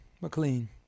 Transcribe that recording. McLean